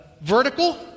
vertical